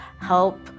help